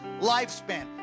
lifespan